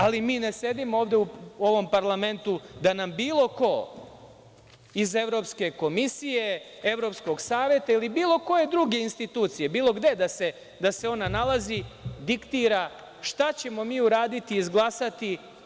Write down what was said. Ali, mi ne sedimo ovde u ovom parlamentu da nam bilo ko iz Evropske komisije, Evropskog saveta ili bilo koje druge institucije bilo gde da se ona nalazi diktira šta ćemo mi uraditi, izglasati.